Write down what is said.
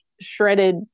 shredded